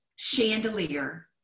chandelier